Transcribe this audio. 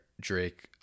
Drake